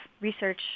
research